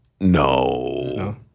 No